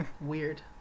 weird